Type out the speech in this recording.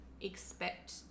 expect